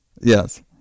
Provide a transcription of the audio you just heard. Yes